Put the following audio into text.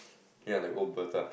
ya like old bazaar